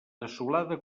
desolada